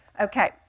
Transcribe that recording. Okay